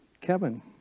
kevin